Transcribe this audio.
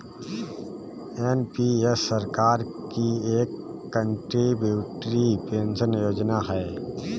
NPS सरकार की एक कंट्रीब्यूटरी पेंशन योजना है